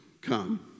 come